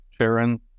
Sharon